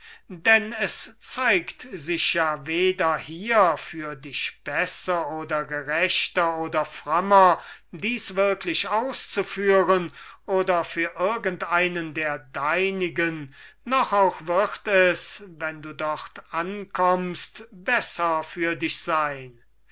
denn es zeigt sich ja weder hierfür dich besser oder gerechter oder frömmer dies wirklich auszuführen oder für irgend einen der deinigen noch auch wird es wenn du dort ankommst besser für dich sein